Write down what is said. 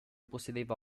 possedeva